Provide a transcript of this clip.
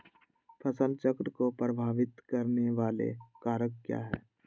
फसल चक्र को प्रभावित करने वाले कारक क्या है?